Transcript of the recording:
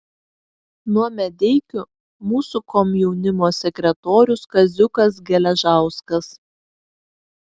nuo medeikių mūsų komjaunimo sekretorius kaziukas geležauskas